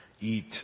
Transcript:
eat